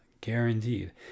Guaranteed